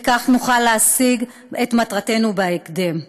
וכך נוכל להשיג את מטרתנו בהקדם.